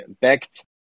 backed